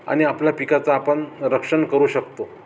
आणि आपल्या पिकाचं आपण रक्षण करू शकतो